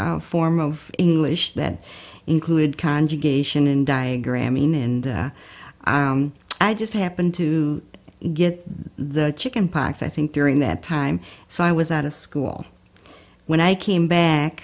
a form of english that included conjugation and diagramming and i just happened to get the chicken pox i think during that time so i was out of school when i came